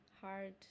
hard